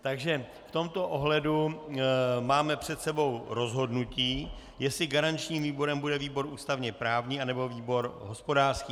Takže v tomto ohledu máme před sebou rozhodnutí, jestli garančním výborem bude výbor ústavněprávní anebo výbor hospodářský.